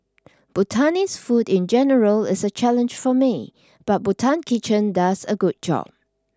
Bhutanese food in general is a challenge for me but Bhutan Kitchen does a good job